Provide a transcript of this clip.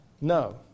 No